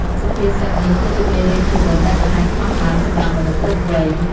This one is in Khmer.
សុភាសិតនេះគឺជាមេរៀនជីវិតដែលមិនអាចខ្វះបាន សម្រាប់មនុស្សគ្រប់វ័យ។